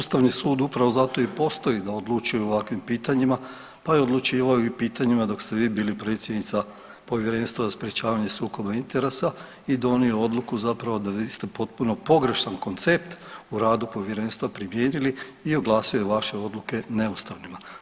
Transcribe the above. Ustavni sud upravo zato i postoji da odlučuje o ovakvim pitanjima, pa i odlučivao je i o pitanjima dok ste vi bili predsjednica Povjerenstva za sprječavanje sukoba interesa i donio odluku zapravo da vi ste potpuno pogrešan koncept u radu povjerenstva primijenili i oglasio je vaše odluke neustavnima.